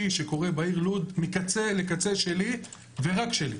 שקורה בעיר לוד מקצה לקצה שלי ורק שלי.